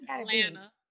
Atlanta